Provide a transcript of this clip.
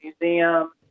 museum